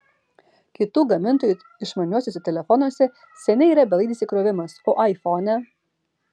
kitų gamintojų išmaniuosiuose telefonuose seniai yra belaidis įkrovimas o aifone